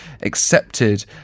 accepted